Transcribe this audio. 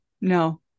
no